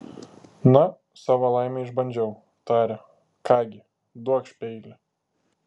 na savo laimę išbandžiau tarė ką gi duokš peilį